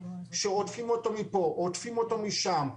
שרודפים אותו משום,